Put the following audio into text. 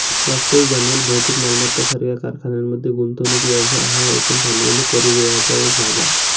वास्तविक भांडवल भौतिक मालमत्ता सारख्या कारखान्यांमध्ये गुंतवणूक व्यवसाय हा एकूण भांडवली परिव्ययाचा एक भाग आहे